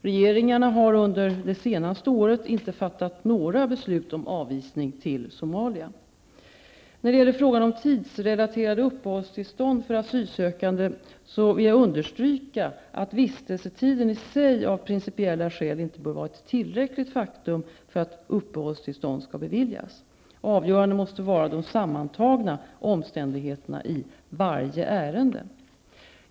Regeringarna har under det senaste året inte fattat några beslut om avvisning till När det gäller frågan om tidsrelaterade uppehållstillstånd för asylsökande vill jag understryka att vistelsetiden i sig av principiella skäl inte bör vara ett tillräckligt faktum för att uppehållstillstånd skall beviljas. Avgörande måste vara de sammantagna omständigheterna i varje ärende.